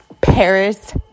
paris